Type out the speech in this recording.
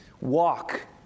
walk